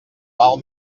val